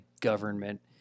government